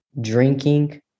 drinking